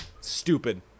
Stupid